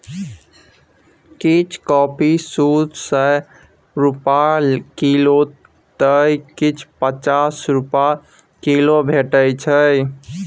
किछ कॉफी दु सय रुपा किलौ तए किछ पचास रुपा किलो भेटै छै